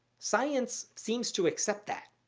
science seems to accept that.